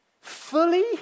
fully